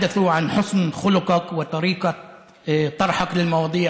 ביותר בכנסת, שם דנים בדברים.